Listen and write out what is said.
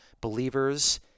believers